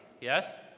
yes